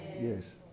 Yes